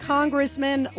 Congressman